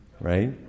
right